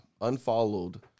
unfollowed